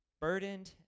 burdened